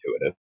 intuitive